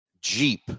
jeep